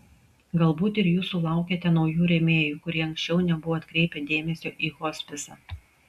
galbūt ir jūs sulaukėte naujų rėmėjų kurie anksčiau nebuvo atkreipę dėmesio į hospisą